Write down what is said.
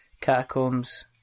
Catacombs